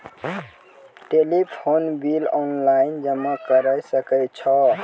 Telephone bill online जमा करै सकै छौ?